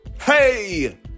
Hey